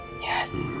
Yes